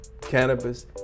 cannabis